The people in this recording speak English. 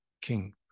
king